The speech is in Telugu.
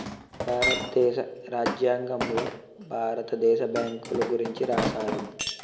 భారతదేశ రాజ్యాంగంలో భారత దేశ బ్యాంకుల గురించి రాశారు